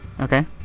Okay